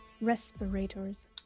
respirators